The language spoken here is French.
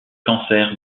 cancers